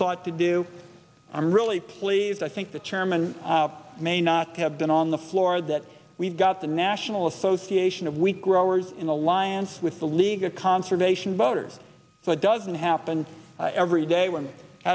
sought to do i'm really pleased i think the chairman may not have been on the floor that we've got the national association of wheat growers in alliance with the league of conservation voters so it doesn't happen every day when i